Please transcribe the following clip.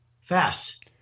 fast